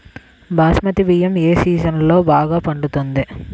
బాస్మతి బియ్యం ఏ సీజన్లో బాగా పండుతుంది?